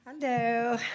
Hello